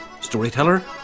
storyteller